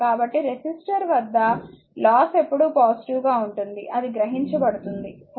కాబట్టి రెసిస్టర్ వద్ద లాస్ ఎల్లప్పుడూ పాజిటివ్ గా ఉంటుంది అది గ్రహించబడుతుంది సరే